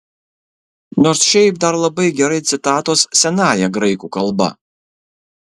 nors šiaip dar labai gerai citatos senąja graikų kalba